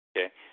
Okay